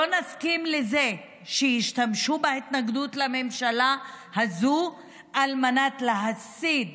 לא נסכים לזה שישתמשו בהתנגדות לממשלה הזו על מנת להסית